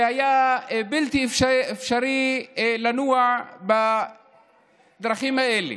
והיה בלתי אפשרי לנוע בדרכים האלה.